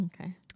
Okay